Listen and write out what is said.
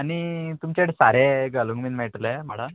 आनी तुमचे कडेन सारें घालूंक बीन मेळटलें म्हाडान